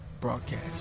broadcast